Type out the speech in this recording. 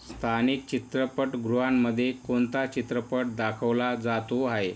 स्थानिक चित्रपटगृहांमध्ये कोणता चित्रपट दाखवला जातो आहे